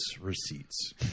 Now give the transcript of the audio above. receipts